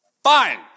Fine